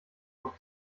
noch